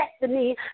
destiny